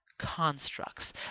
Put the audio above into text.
constructs